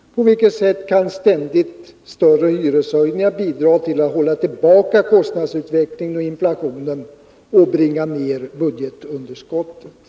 På vilket sätt kan ständigt större hyreshöjningar bidra till att hålla tillbaka kostnadsutvecklingen och inflationen och bringa ned budgetunderskottet?